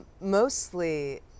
Mostly